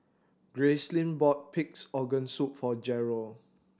Gracelyn bought Pig's Organ Soup for Jeryl